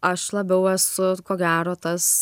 aš labiau esu ko gero tas